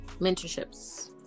mentorships